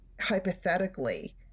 hypothetically